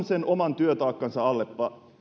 sen oman työtaakkansa alle